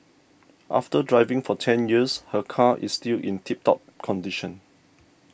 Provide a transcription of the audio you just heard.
after driving for ten years her car is still in tip top condition